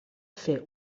fer